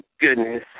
goodness